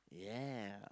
ya